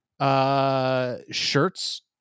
Shirts